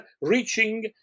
reaching